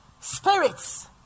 spirits